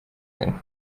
then